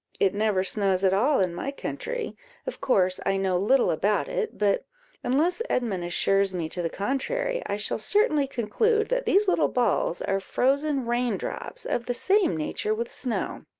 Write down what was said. it never snows at all in my country of course i know little about it but unless edmund assures me to the contrary, i shall certainly conclude that these little balls are frozen rain-drops, of the same nature with snow.